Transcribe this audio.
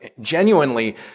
genuinely